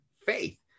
faith